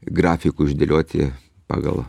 grafiku išdėlioti pagal